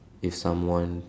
if someone